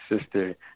Sister